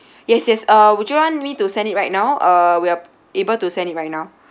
yes yes uh would you want me to send it right now uh we are able to send it right now